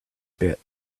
bit